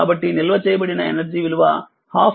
కాబట్టినిల్వ చేయబడిన ఎనర్జీ విలువ 12 Li2